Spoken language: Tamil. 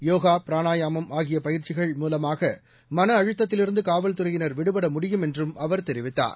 யோகா பிராணாயாமம் ஆகிய பயிற்சிகள் மூலமாக மனஅழுத்தத்திலிருந்து காவல்துறையினர் விடுபட முடியும் என்றும் அவர் தெரிவித்தார்